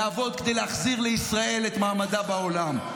נעבוד כדי להחזיר לישראל את מעמדה בעולם.